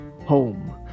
home